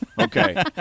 Okay